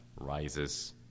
rises